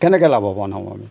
কেনেকৈ লাভৱান হ'ম আমি